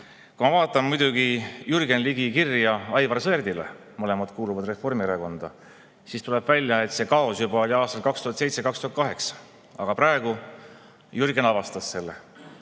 Kui ma vaatan Jürgen Ligi kirja Aivar Sõerdile – mõlemad kuuluvad Reformierakonda –, siis tuleb välja, et see kaos oli juba aastatel 2007–2008. Aga praegu Jürgen avastas selle